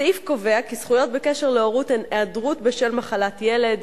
הסעיף קובע כי זכויות בקשר להורות הן היעדרות בשל מחלת ילד,